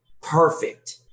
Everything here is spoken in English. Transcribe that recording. perfect